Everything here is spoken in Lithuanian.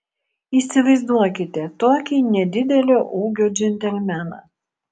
įsivaizduokite tokį nedidelio ūgio džentelmeną